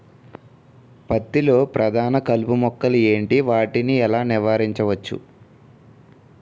పత్తి లో ప్రధాన కలుపు మొక్కలు ఎంటి? వాటిని ఎలా నీవారించచ్చు?